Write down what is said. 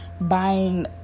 buying